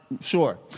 Sure